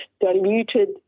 diluted